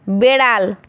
বিড়াল